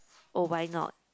orh why not